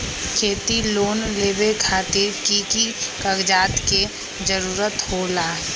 खेती लोन लेबे खातिर की की कागजात के जरूरत होला?